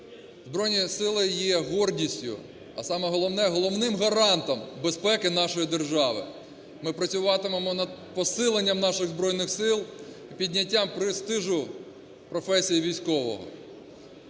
Збройні Сили є гордістю, а саме головне – головним гарантом безпеки нашої держави. Ми працюватимемо над посиленням наших Збройних Сил, підняттям престижу професії військового.